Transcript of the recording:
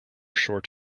short